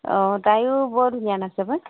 অঁ তায়ো বৰ ধুনীয়া নাচে পায়